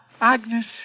Agnes